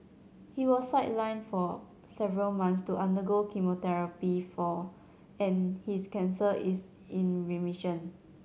he was sidelined for several months to undergo chemotherapy for and his cancer is in remission